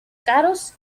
caros